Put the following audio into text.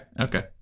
okay